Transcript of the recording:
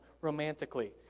romantically